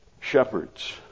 shepherds